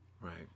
Right